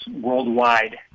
worldwide